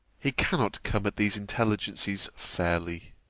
he cannot come at these intelligencies fairly.